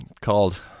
called